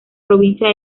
provincia